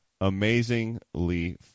amazingly